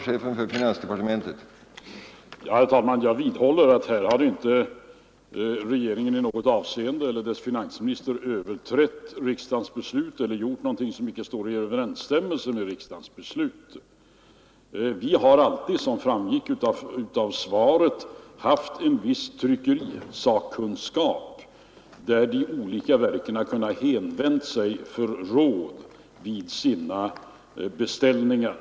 Herr talman! Jag vidhåller att här har inte regeringen eller dess finansminister i något avseende överträtt riksdagens beslut eller gjort någonting som icke står i överensstämmelse med riksdagens beslut. Vi har alltid, som framgick av svaret, haft vissa tryckerisakkunniga som de olika verken kunnat vända sig till för råd vid trycksaksbeställningar.